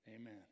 Amen